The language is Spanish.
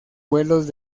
vuelos